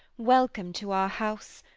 welcome to our house!